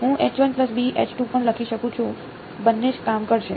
હું પણ લખી શકું છું બંને કામ કરશે